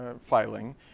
filing